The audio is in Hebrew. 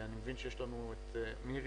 אני מבין שיש לנו את מירי,